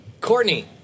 Courtney